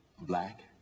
black